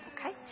Okay